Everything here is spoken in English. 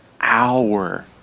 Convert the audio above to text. hour